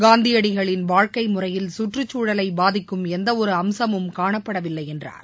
காந்தியடிகளின் வாழ்க்கை முறையில் குற்றுச்சூழலை பாதிக்கும் எந்தவொரு அம்சமும் காணப்படவில்லை என்றார்